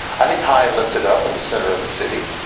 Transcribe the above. i think high and lifted up in the center of the city.